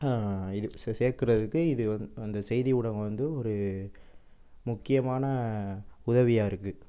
இது சேர்க்கறதுக்கு இது வந்து இந்த செய்தி ஊடகம் வந்து ஒரு முக்கியமான உதவியாக இருக்குது